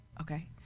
okay